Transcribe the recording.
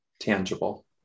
Tangible